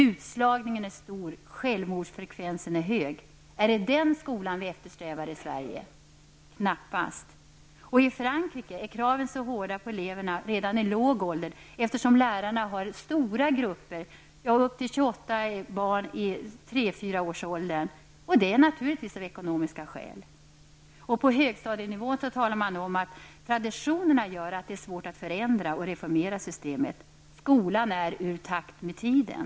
Utslagningen är stor och självmordsfrekvensen hög. Är det den skolan vi eftersträvar i Sverige? Knappast. I Frankrike är kraven på eleverna redan i låg ålder mycket hårda. Lärarna får undervisa ända upp till 28 barn i tre till fyraårsåldern. Naturligtvis är skälen ekonomiska. På högstadienivå talar man om att traditionerna är svåra att förändra liksom det är svårt att reformera systemet. Skolan är ur takt med tiden.